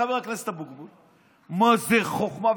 חבר הכנסת אבוטבול: מה זה חוכמה,